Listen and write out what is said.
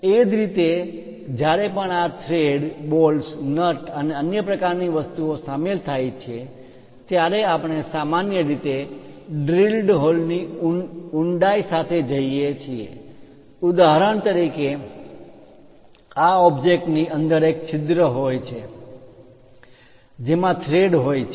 એ જ રીતે જ્યારે પણ આ થ્રેડ બોલ્ટ્સ નટ અને અન્ય પ્રકારની વસ્તુઓ સામેલ થાય છે ત્યારે આપણે સામાન્ય રીતે ડ્રિલ્ડ હોલની ઊડાઈ સાથે જઈએ છીએ ઉદાહરણ તરીકે આ ઓબ્જેક્ટ ની અંદર એક છિદ્ર હોય છે જેમાં થ્રેડ હોય છે